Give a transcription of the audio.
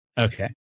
Okay